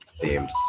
themes